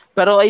Pero